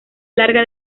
larga